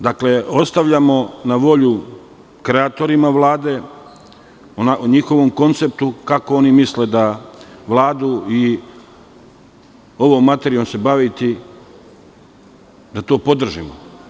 Dakle, ostavljamo na volju kreatorima Vlade, o njihovom konceptu kako oni misle da Vladu i ovom materijom se baviti, da to podržimo.